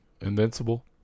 Invincible